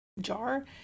jar